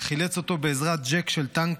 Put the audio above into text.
חילץ אותו בעזרת ג'ק של טנק,